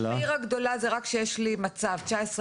ראש העיר גדולה זה רק שיש לי מצב 19א(1),